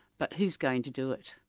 but who's going to do it?